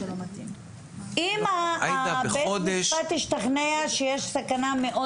אם בית המשפט ישתכנע שיש סכנה מאוד